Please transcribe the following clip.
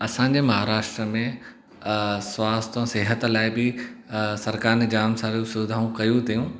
असांजे महाराष्ट्र में स्वास्थ्य जो सिहत लाइ बि सरकारि ने जाम सारी सुविधाऊं कयूं थियूं